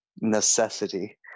necessity